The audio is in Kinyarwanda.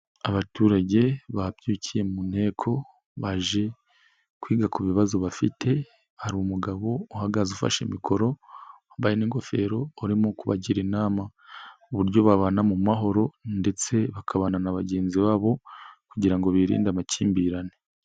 Abaturage babyukiye mu nteko baje kwiga ku bibazo bafite, hari umugabo uhagaze ufashe mikoro wa n'ingofero urimo kubagira inama uburyo babana mu mahoro, ndetse bakabana na bagenzi babo kugira ngo birinde amakimbirane.